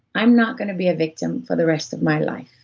i'm not gonna be a victim for the rest of my life.